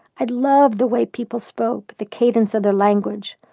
i loved the way people spoke, the cadence of their language,